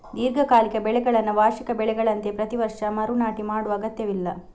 ದೀರ್ಘಕಾಲಿಕ ಬೆಳೆಗಳನ್ನ ವಾರ್ಷಿಕ ಬೆಳೆಗಳಂತೆ ಪ್ರತಿ ವರ್ಷ ಮರು ನಾಟಿ ಮಾಡುವ ಅಗತ್ಯವಿಲ್ಲ